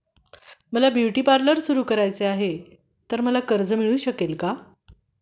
मला beauty parlour सुरू करायचे आहे तर मला कर्ज मिळू शकेल का?